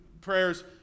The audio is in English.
prayers